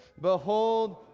Behold